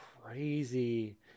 crazy